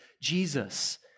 Jesus